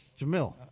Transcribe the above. Jamil